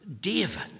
David